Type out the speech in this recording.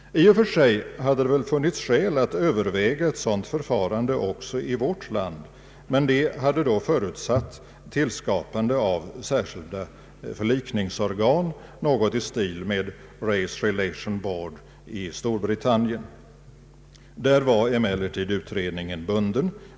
I och för sig hade väl funnits skäl att överväga ett sådant förfarande också i vårt land, men det hade då förutsatt tillskapande av särskilda förlikningsorgan, något i stil med Race Relations Board i Storbritannien. På denna punkt var emellertid vår utredning bunden.